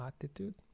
attitude